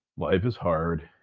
life is hard.